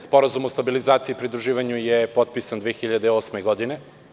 Sporazum o stabilizaciji i pridruživanju je potpisan 2008. godine.